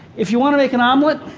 if you wanna make an omelet,